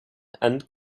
and